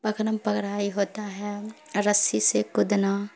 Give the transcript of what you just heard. پکڑم پگڑائی ہوتا ہے رسی سے کودنا